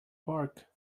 park